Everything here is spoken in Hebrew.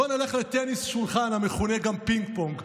בואו נלך לטניס שולחן, המכונה גם פינג-פונג.